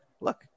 look